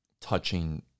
touching